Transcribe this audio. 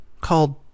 called